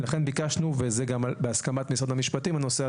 ולכן ביקשנו והנושא הזה בהסכמת משרד המשפטים,